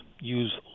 use